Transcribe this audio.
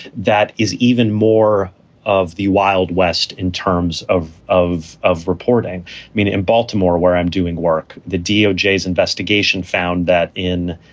that is even more of the wild west in terms of of of reporting mean in baltimore where i'm doing work, the doj investigation found that in